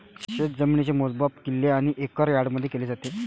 शेतजमिनीचे मोजमाप किल्ले आणि एकर यार्डमध्ये केले जाते